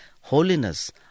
holiness